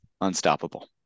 unstoppable